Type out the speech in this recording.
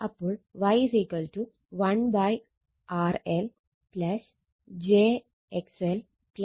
അപ്പോൾ Y 1RL j XL 1RC j XC